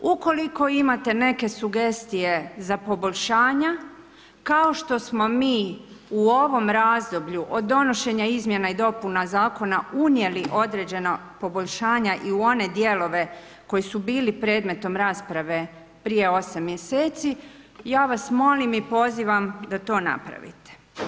Ukoliko imate neke sugestije za poboljšanja kao što smo mi u ovom razdoblju od donošenja izmjena i dopuna Zakona unijeli određena poboljšanja i u one dijelove koji su bili predmetom rasprave prije 8 mjeseci, ja vas molim i pozivam da to napravite.